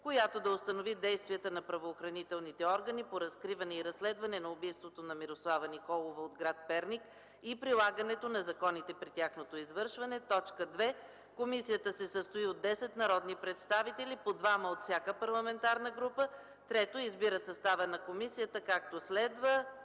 която да установи действията на правоохранителните органи по разкриване и разследване на убийството на Мирослава Николова от гр. Перник и прилагането на законите при тяхното извършване. 2. Комисията се състои от 10 народни представители – по двама от всяка парламентарна група. 3. Избира състава на комисията, както следва: